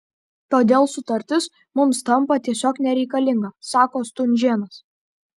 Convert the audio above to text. todėl sutartis mums tampa tiesiog nereikalinga sako stunžėnas